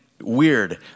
weird